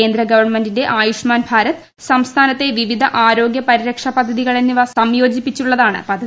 കേന്ദ്ര ഗവൺമെന്റിന്റെ ആയുഷ്മാൻ ഭാരത് സംസ്ഥാനത്തെ വിവിധ ആരോഗ്യ പരിരക്ഷാ പദ്ധതികൾ എന്നിവ സംയോജിപ്പിച്ചുള്ളതാണ് പദ്ധതി